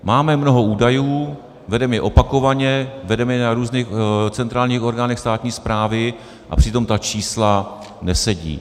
Máme mnoho údajů, vedeme je opakovaně, vedeme je na různých centrálních orgánech státní správy a přitom ta čísla nesedí.